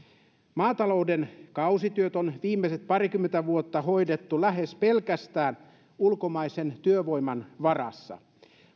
maatalouden kausityöt on viimeiset parikymmentä vuotta hoidettu lähes pelkästään ulkomaisen työvoiman varassa